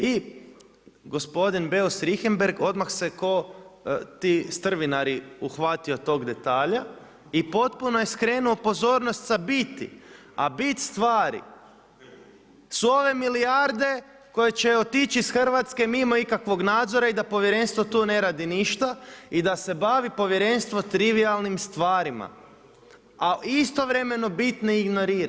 I gospodin Beus Richembergh odmah se kao ti strvinari uhvatio tog detalja i potpuno je skrenuo pozornost sa biti a bit stvari su ove milijarde koje će otići iz Hrvatske mimo ikakvog nadzora i da povjerenstvo tu ne radi ništa i da se bavi povjerenstvo trivijalnim stvarima a istovremeno bitne ignorira.